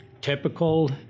typical